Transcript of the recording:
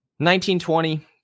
1920